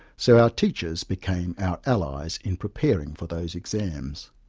so our teachers became our allies in preparing for those exams.